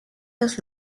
los